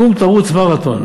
קום תרוץ מרתון.